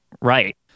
Right